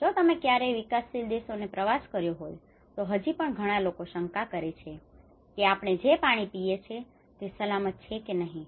જો તમે ક્યારેય વિકાસશીલ દેશોનો પ્રવાસ કર્યો હોય તો હજી પણ ઘણા લોકો શંકા કરે છે કે આપણે જે પાણી પીએ છીએ તે સલામત છે કે નહીં